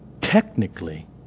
Technically